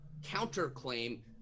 counterclaim